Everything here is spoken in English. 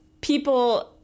people